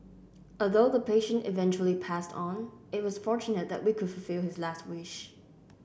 although the patient eventually passed on it was fortunate that we could fulfil his last wish